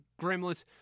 gremlins